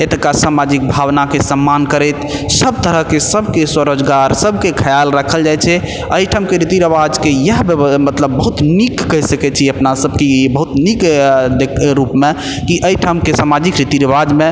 एतुक्काके सामाजिक भावनाके सम्मान करैत सब तरहके सबके स्वरोजगार सबके खयाल राखल जाइ छै एहि ठामके रीति रिवाजके इएह मतलब बहुत नीक कहि सकैत छियै अपना सब कि बहुत नीक देख रूपमे कि एहि ठामके सामाजिक रीति रिवाजमे